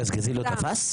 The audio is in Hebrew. גזגזי לא תפס?